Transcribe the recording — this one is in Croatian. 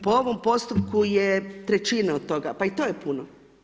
Po ovom postupku je trećina od toga, pa i to je puno.